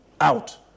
out